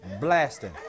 blasting